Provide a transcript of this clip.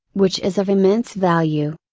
which is of immense value.